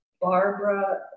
Barbara